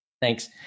Thanks